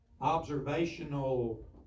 observational